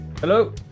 Hello